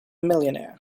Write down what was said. millionaire